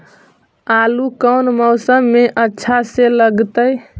आलू कौन मौसम में अच्छा से लगतैई?